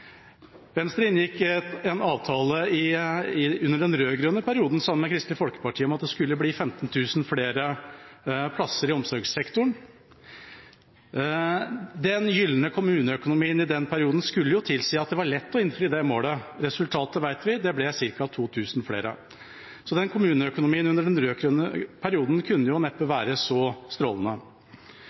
Venstre inngikk en avtale i den rød-grønne perioden sammen med Kristelig Folkeparti om at det skulle bli 15 000 flere plasser i omsorgssektoren. Den gylne kommuneøkonomien i den perioden skulle tilsi at det var lett å innfri det målet. Resultatet vet vi, det ble ca. 2 000 flere, så kommuneøkonomien i den rød-grønne perioden kunne neppe være så strålende.